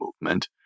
movement